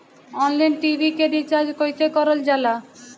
Online TV के recharge कईसे करल जाला?